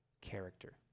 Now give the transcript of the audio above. character